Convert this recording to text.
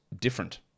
different